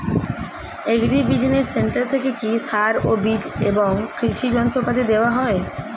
Agri business centre থেকে কি সার ও বিজ এবং কৃষি যন্ত্র পাতি দেওয়া হয়?